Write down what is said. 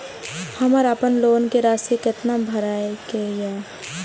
हमर अपन लोन के राशि कितना भराई के ये?